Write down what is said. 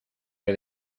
que